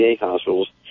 hospitals